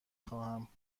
خواهم